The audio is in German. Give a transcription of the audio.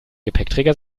gepäckträger